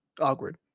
Awkward